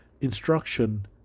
instruction